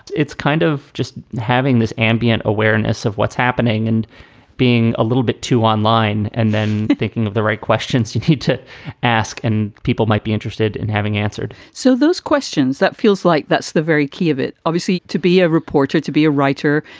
it's kind of just having this ambient awareness of what's happening and being a little bit too online and then thinking of the right questions you need to ask and people might be interested in having answered so those questions, that feels like that's the very key of it, obviously, to be a reporter, to be a writer,